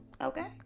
okay